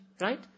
Right